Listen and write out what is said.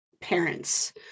parents